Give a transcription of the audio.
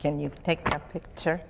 can you take a picture